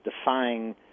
defying